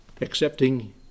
accepting